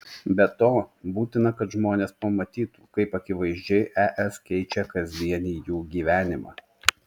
be to būtina kad žmonės pamatytų kaip akivaizdžiai es keičia kasdienį jų gyvenimą